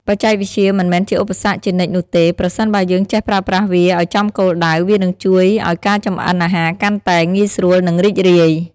បច្ចេកវិទ្យាមិនមែនជាឧបសគ្គជានិច្ចនោះទេ ប្រសិនបើយើងចេះប្រើប្រាស់វាឱ្យចំគោលដៅ វានឹងជួយឱ្យការចម្អិនអាហារកាន់តែ ងាយស្រួល និងរីករាយ ។